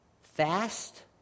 fast